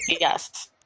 Yes